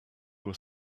were